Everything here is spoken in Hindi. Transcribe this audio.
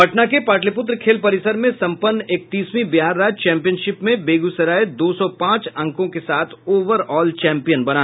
पटना के पाटलीपुत्र खेल परिसर में सम्पन्न इकतीसवीं बिहार राज्य चैम्पियनशिप में बेगूसराय दो सौ पांच अंकों के साथ ओवर ऑल विजेता बना